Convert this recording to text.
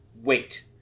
Wait